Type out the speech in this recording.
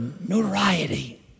notoriety